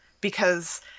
Because